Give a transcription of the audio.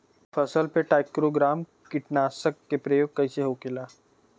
फसल पे trichogramma कीटनाशक के प्रयोग कइसे होखेला?